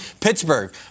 Pittsburgh